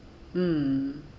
mm